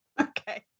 Okay